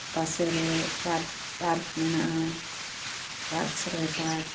ᱯᱟᱥᱮ ᱨᱮ park park ᱢᱮᱱᱟᱜᱼᱟ ᱯᱟᱥ ᱨᱮ ᱯᱟᱨᱠ